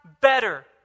better